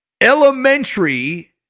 Elementary